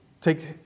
take